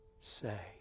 say